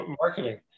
marketing